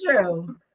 true